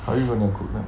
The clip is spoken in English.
or even awkwardness